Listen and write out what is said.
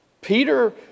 Peter